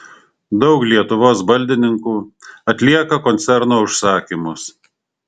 daug lietuvos baldininkų atlieka koncerno užsakymus